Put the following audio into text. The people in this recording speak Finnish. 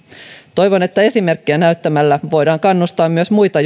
toivon että esimerkkiä näyttämällä voidaan kannustaa myös muita